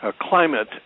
climate